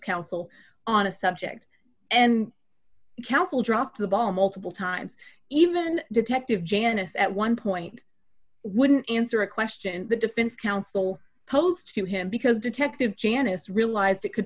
counsel on a subject and counsel dropped the ball multiple times even detective janice at one point wouldn't answer a question the defense counsel posed to him because detective janice realized it could